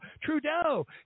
Trudeau